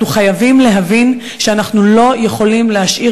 אנחנו חייבים להבין שאנחנו לא יכולים להשאיר